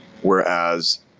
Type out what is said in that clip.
Whereas